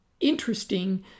interesting